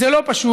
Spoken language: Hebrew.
זה לא פשוט,